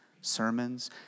sermons